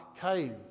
cave